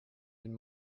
den